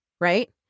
right